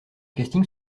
casting